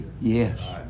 Yes